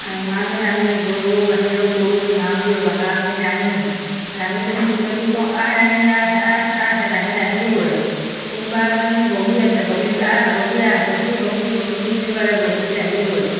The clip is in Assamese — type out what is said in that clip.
ইমানেই আমি গৰু আহিলেও গৰু নাম দিওঁ ৰঙাজনীক ৰাঙি ৰাঙিজনীক যদি কওঁ আহ ৰাঙি আহ আহ আহ ৰাঙি আহিবই কোনোবা এজনী বগী আছে বগীজনী আহ আহ বগীটি বগীটি বগীটি বুলি ক'লে বগীটি আহিবই